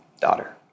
daughter